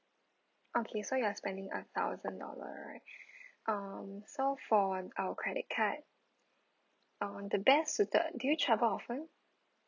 okay so you're spending a thousand dollar right um so for our credit card uh the best suited did you travel often